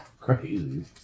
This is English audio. Crazy